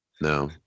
no